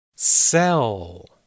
cell